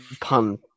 Pun